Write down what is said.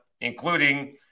including